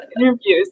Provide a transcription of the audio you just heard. interviews